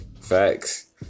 facts